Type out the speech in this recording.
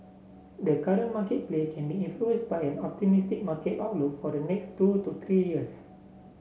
the current market play can be influenced by an optimistic market outlook for the next two to three years